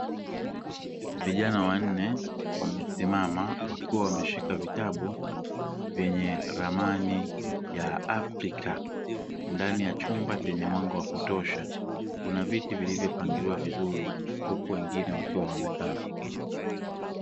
Vijana wanne, wamesimama wakiwa wameshika vitabu vyenye ramani ya Afrika ndani ya chumba chenye mwanga wa kutosha; kuna viti vilivyopangiliwa vizuri, huku wengine wakiwa wamekaa.